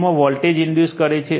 તેમાં voltage induce કરે છે